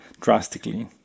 drastically